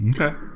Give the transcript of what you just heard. Okay